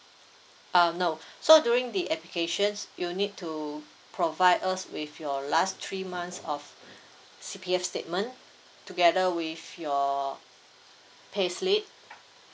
uh no so during the applications you need to provide us with your last three months of C_P_F statement together with your pay slip